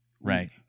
Right